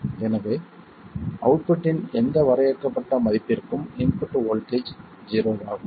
எனவே அவுட்புட்டின் எந்த வரையறுக்கப்பட்ட மதிப்பிற்கும் இன்புட் வோல்ட்டேஜ் ஜீரோவாகும்